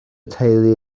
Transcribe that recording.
teulu